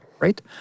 Right